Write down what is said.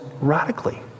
radically